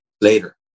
later